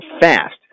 fast